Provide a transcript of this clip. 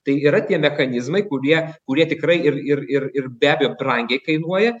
tai yra tie mechanizmai kurie kurie tikrai ir ir ir ir be abejo brangiai kainuoja